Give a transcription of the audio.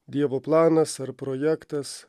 dievo planas ar projektas